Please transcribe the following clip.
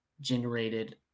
generated